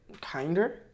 kinder